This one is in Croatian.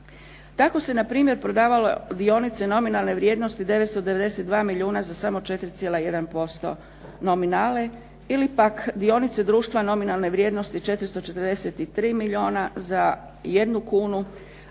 Tako se npr. prodavale dionice nominalne vrijednosti 992 milijuna za samo 4,1% nominale ili pak dionice društva nominalne vrijednosti 443 milijuna za 1 kunu,